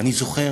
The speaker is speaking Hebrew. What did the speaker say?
אני זוכר